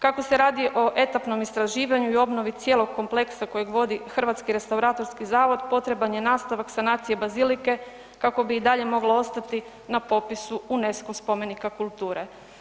Kako se radi o etapnom istraživanju i obnovi cijelog kompleksa kojeg vodi Hrvatski restauratorski zavod potreban je nastavak sanacije bazilike kako bi i dalje mogla ostati na popisu UNESCO spomenika kulture.